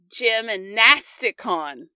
Gymnasticon